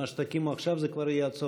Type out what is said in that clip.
מה שתקימו עכשיו כבר יהיה עד סוף,